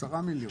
10 מיליון.